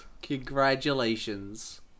congratulations